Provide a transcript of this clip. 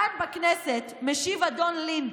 כאן בכנסת משיב אדון לין,